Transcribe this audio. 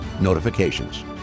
notifications